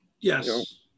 yes